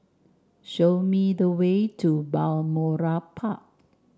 show me the way to Balmoral Park